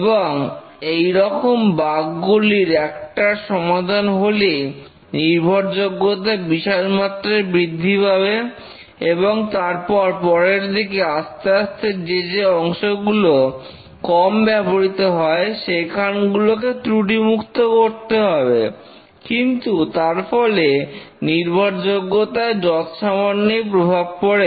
এবং এইরকম বাগ গুলির একটার সমাধান হলেই নির্ভরযোগ্যতা বিশালমাত্রায় বৃদ্ধি পাবে এবং তারপর পরের দিকে আস্তে আস্তে যে যে অংশগুলো কম ব্যবহৃত হয় সেইখানগুলোকে ত্রুটিমুক্ত করতে হবে কিন্তু তার ফলে নির্ভরযোগ্যতায় যৎসামান্যই প্রভাব পড়ে